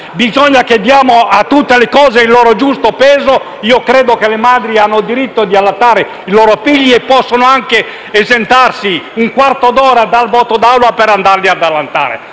Bisogna dare a tutte le cose il loro giusto peso: credo che le madri abbiano diritto di allattare i loro figli e possono anche essere esentate per un quarto d'ora dal voto d'Aula per andare ad allattarli